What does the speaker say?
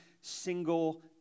single